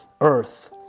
earth